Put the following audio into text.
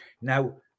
Now